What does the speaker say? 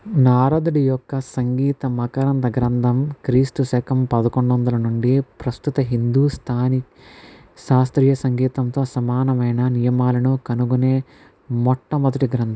నారదడు యొక్క సంగీత మకరంద గ్రంథం క్రీస్సు శకం పదకొండొందల నుండి ప్రస్తుత హిందూస్థానీ శాస్త్రీయ సంగీతంతో సమానమైన నియమాలను కనుగొనే మొట్టమొదటి గ్రంథం